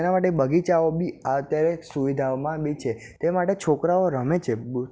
તેના માટે બગીચાઓ બી આ અત્યારે સુવિધાઓમાં બી છે તે માટે છોકરાંઓ રમે છે